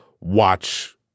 watch